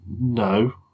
No